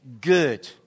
good